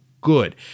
good